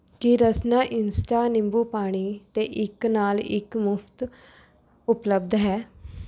ਕੀ Rasna insta ਨਿੰਬੂ ਪਾਣੀ 'ਤੇ ਇੱਕ ਨਾਲ ਇੱਕ ਮੁਫਤ ਉਪਲਬਧ ਹੈ